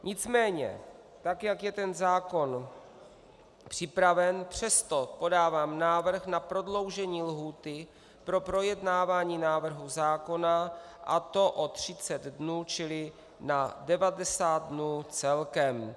Nicméně tak jak je ten zákon připraven, přesto podávám návrh na prodloužení lhůty pro projednávání návrhu zákona, a to o 30 dnů, čili na 90 dnů celkem.